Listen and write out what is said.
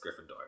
Gryffindor